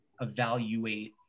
evaluate